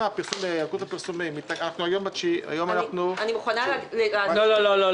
אני מוכנה להגיד פה --- לא.